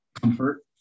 comfort